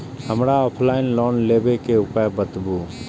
हमरा offline loan लेबे के उपाय बतबु?